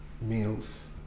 meals